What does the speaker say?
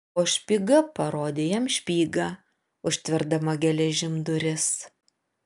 o špyga parodė jam špygą užtverdama geležim duris